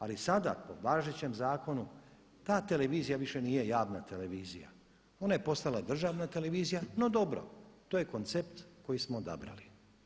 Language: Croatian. Ali sada po važećem zakonu ta televizija više nije javna televizija, ona je postala državna televizija, no dobro, to je koncept koji smo odabrali.